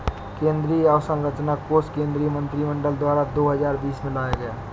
कृषि अंवसरचना कोश केंद्रीय मंत्रिमंडल द्वारा दो हजार बीस में लाया गया